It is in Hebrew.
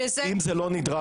אם לא,